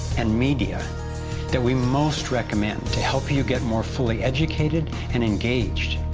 and media that we most recommend to help you get more fully educated and engaged.